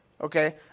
Okay